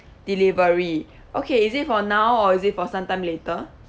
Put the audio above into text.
delivery okay is it for now or is it for some time later